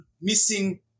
missing